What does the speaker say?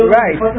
right